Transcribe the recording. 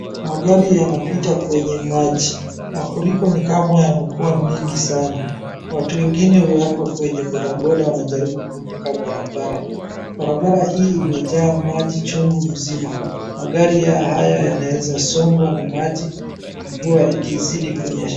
Magari yanapita kwenye maji mafuriko ni kama yamekua mingi sana. Watu wengine wako kwenye bodaboda wanajaribu kuvuka barabara. Barabara hii imejaa maji chungu mzima. Magari haya yanaeza sombwa na maji mvua ikizidi kunyesha.